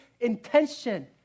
intention